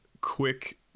quick